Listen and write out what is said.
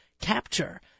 capture